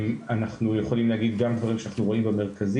אנחנו יכולים להגיד גם דברים שאנחנו רואים במרכזים,